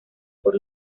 por